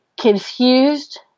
confused